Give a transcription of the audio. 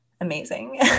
amazing